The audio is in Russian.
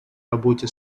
работе